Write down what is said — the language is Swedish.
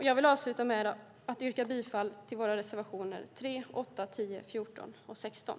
Jag yrkar bifall till våra reservationer 3, 8, 10, 14 och 16.